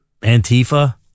Antifa